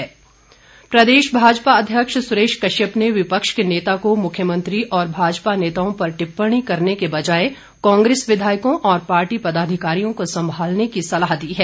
सुरेश कश्यप प्रदेश भाजपा अध्यक्ष सुरेश कश्यप ने विपक्ष के नेता को मुख्यमंत्री और भाजपा नेताओं पर टिप्पणी करने के बजाए कांग्रेस विधायकों और पार्टी पदाधिकारियों को संभालने की सलाह दी है